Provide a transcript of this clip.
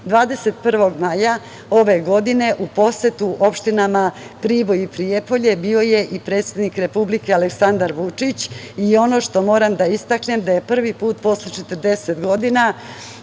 21. maja ove godine, u posetu opštinama Priboj i Prijepolje, bio je i predsednik Aleksandar Vučić, i ono što moram da istaknem da je prvi put posle 40 godina,